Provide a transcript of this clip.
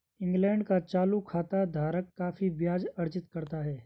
England का चालू खाता धारक काफी ब्याज अर्जित करता है